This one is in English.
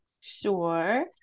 Sure